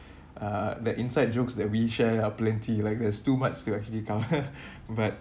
uh the inside jokes that we share are plenty like there's too much to actually come but